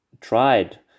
tried